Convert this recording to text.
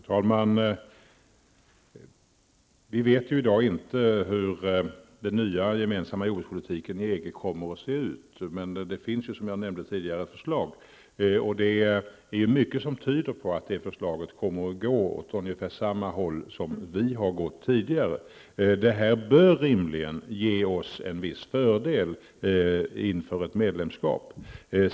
Fru talman! Vi vet i dag inte hur den nya, gemensamma jordbrukspolitiken inom EG kommer att se ut. Som jag tidigare nämnde finns det dock ett förslag. Det är mycket som tyder på att detta förslag kommer att ligga i linje med den linje som vi i Sverige tidigare har följt. Detta bör rimligen ge oss en viss fördel inför ett medlemskap.